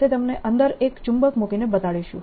અને આપણે તે તમને અંદર એક ચુંબક મૂકીને બતાવીશું